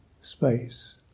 space